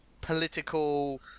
political